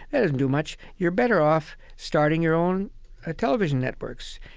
and and do much. you're better off starting your own ah television networks.